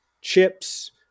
chips